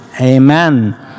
Amen